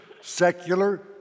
secular